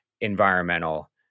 environmental